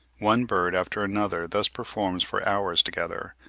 one bird after another thus performs for hours together,